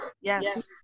yes